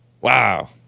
Wow